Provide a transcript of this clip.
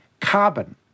carbon